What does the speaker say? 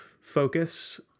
focus